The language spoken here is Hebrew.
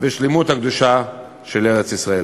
ובשלמות הקדושה של ארץ-ישראל.